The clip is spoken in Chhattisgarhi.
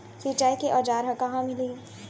सिंचाई के औज़ार हा कहाँ मिलही?